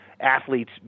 athletes